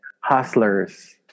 Hustlers